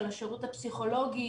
של השירות הפסיכולוגי.